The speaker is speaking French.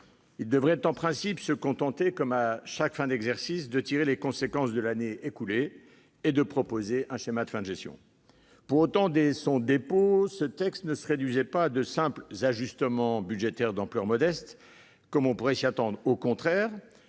devrait en principe se contenter, comme à chaque fin d'exercice, de tirer les conséquences de l'année écoulée et de proposer un schéma de fin de gestion. Pourtant, dès son dépôt, ce texte ne se réduisait pas à de simples ajustements budgétaires d'ampleur modeste, comme on pouvait s'y attendre. Au contraire,